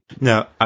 Now